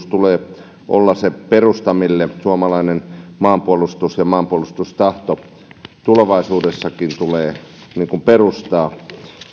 tulee olla se perusta jolle suomalainen maanpuolustus ja maanpuolustustahto tulevaisuudessakin tulee perustaa